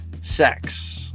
sex